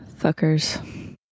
fuckers